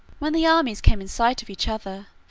when the armies came in sight of each other,